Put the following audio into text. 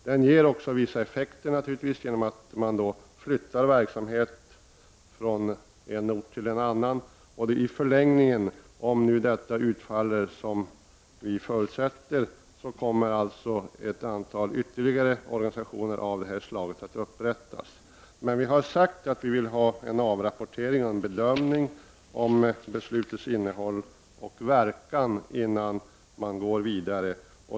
Den ger naturligtvis också vissa effekter genom att man flyttar verksamhet från en ort till en annan. Och om detta utfaller som vi förutsätter kommer ytterligare ett antal organisationer av det här slaget i förlängningen att upprättas. Men vi har sagt att vi vill ha en avrapportering och en bedömning av beslutens innehåll och verkan innan vi går vidare.